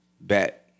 bet